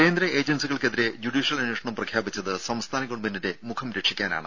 കേന്ദ്ര ഏജൻസികൾക്കെതിരെ ജുഡീഷ്യൽ അന്വേഷണം പ്രഖ്യാപിച്ചത് സംസ്ഥാന ഗവൺമെന്റിന്റെ മുഖം രക്ഷിക്കാനാണ്